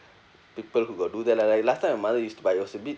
people who got do that lah like last time my mother used to buy it was a bit